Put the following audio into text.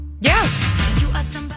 Yes